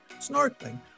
snorkeling